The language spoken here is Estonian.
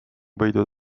võidu